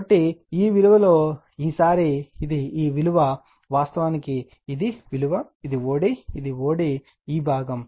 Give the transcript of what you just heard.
కాబట్టి ఈ విలువ లో ఈసారి ఇది ఈ విలువ వాస్తవానికి ఇది విలువ ఇది o d ఇది o d ఈ భాగం